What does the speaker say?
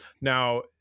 Now